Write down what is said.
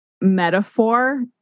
metaphor